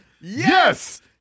yes